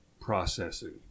processing